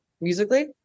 musically